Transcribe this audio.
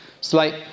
slight